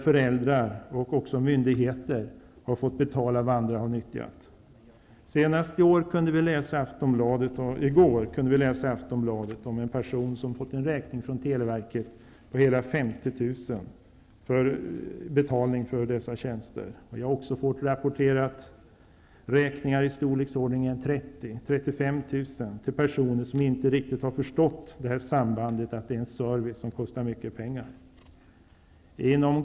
Föräldrar och myndigheter har också fått betala vad andra nyttjat. Senast i går kunde vi läsa i Aftonbladet om en person som fått en räkning från televerket på 50 000 för betalning för dessa tjänster. Jag har också fått rapporter om räkningar i storleksordningen 30 000 till 35 000 till personer som inte riktigt har förstått att sådan service kostar mycket pengar.